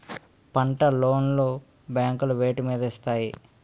పంట లోన్ లు బ్యాంకులు వేటి మీద ఇస్తాయి?